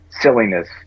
silliness